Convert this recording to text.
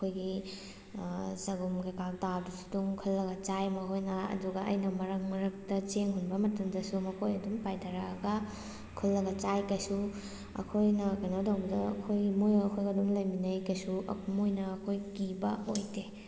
ꯑꯩꯈꯣꯏꯒꯤ ꯆꯒꯨꯝ ꯀꯩꯀꯥ ꯇꯥꯕꯗꯨꯁꯨ ꯑꯗꯨꯝ ꯈꯨꯜꯂꯒ ꯆꯥꯏ ꯃꯈꯣꯏꯅ ꯑꯗꯨꯒ ꯑꯩꯅ ꯃꯔꯛ ꯃꯔꯛꯇ ꯆꯦꯡ ꯍꯨꯟꯕ ꯃꯇꯝꯗꯁꯨ ꯃꯈꯣꯏ ꯑꯗꯨꯝ ꯄꯥꯏꯊꯔꯛꯑꯒ ꯈꯨꯜꯂꯒ ꯆꯥꯏ ꯀꯩꯁꯨ ꯑꯩꯈꯣꯏꯅ ꯀꯩꯅꯣ ꯇꯧꯕꯗ ꯑꯩꯈꯣꯏ ꯃꯣꯏꯒ ꯑꯩꯈꯣꯏꯒ ꯑꯗꯨꯝ ꯂꯩꯃꯤꯟꯅꯩ ꯀꯩꯁꯨ ꯃꯣꯏꯅ ꯑꯩꯈꯣꯏ ꯀꯤꯕ ꯑꯣꯏꯗꯦ